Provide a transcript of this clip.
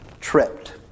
tripped